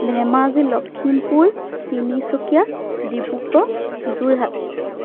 Dhemaji Lakhimpur Tinsukia Dibrugarh Jorhat